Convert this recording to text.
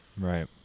Right